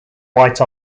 white